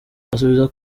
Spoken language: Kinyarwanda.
asubiza